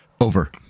Over